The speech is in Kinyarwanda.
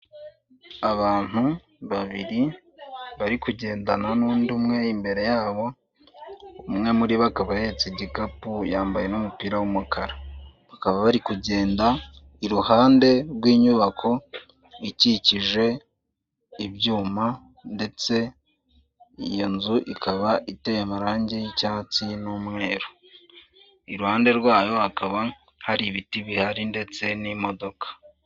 Abantu babiri bari kugendana n'undi umwe imbere yabo umwe muri bo akaba ahetse igikapu yambaye n'umupira w'umukara bakaba bari kugenda iruhande rw'inyubako ikikije ibyuma ndetse iyo nzu ikaba iteye amarangi y'icyatsi n'umweru iruhande rwayo hakaba hari ibiti bihari ndetse n'imodoka.